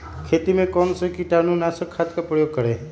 खेत में कौन से कीटाणु नाशक खाद का प्रयोग करें?